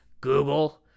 Google